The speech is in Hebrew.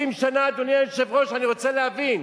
60 שנה, אדוני היושב-ראש, אני רוצה להבין,